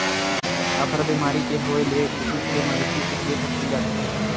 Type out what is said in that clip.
अफरा बेमारी के होए ले उदूप ले मवेशी के पेट ह फूल जाथे